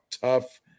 tough